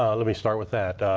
ah let me start with that.